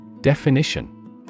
Definition